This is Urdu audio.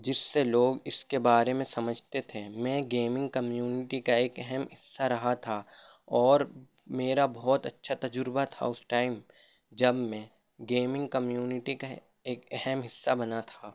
جس سے لوگ اس کے بارے میں سمجھتے تھے میں گیمنگ کمیونٹی کا ایک اہم حصہ رہا تھا اور میرا بہت اچھا تجربہ تھا اس ٹائم جب میں گیمنگ کمیونٹی کا ایک اہم حصہ بنا تھا